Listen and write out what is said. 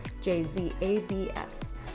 J-Z-A-B-S